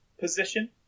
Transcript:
position